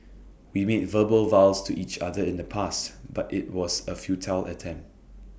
we made verbal vows to each other in the past but IT was A futile attempt